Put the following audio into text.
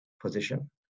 position